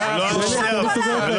בושה גדולה.